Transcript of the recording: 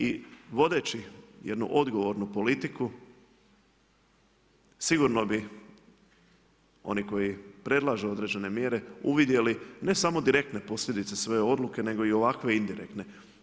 I vodeći jednu odgovornu politiku sigurno bih oni koji predlažu određene mjere uvidjeli ne samo direktne posljedice svoje odluke nego i ovakve indirektne.